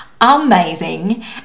amazing